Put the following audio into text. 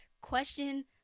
question